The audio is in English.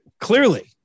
Clearly